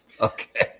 okay